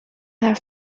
have